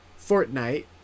Fortnite